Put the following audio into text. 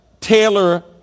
Taylor